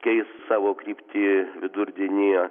keis savo kryptį vidurdienį